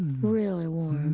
really warm.